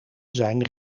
zijn